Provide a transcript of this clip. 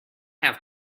have